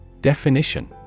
DEFINITION